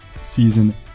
season